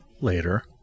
later